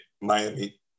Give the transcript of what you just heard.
Miami